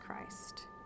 Christ